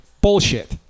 bullshit